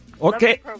Okay